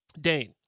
Dane